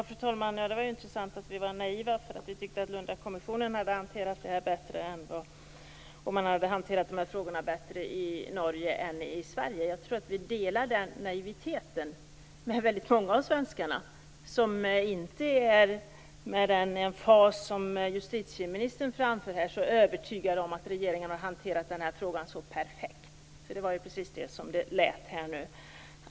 Fru talman! Det var intressant få veta att vi var naiva för att vi tyckte att Lundkommissionen i Norge hade hanterat dessa frågor bättre än vad man gjort i Sverige. Jag tror att vi delar den naiviteten med väldigt många svenskar som inte med den emfas som justitieministern har är övertygade om att regeringen hanterat den här frågan så perfekt. Det var precis så det lät.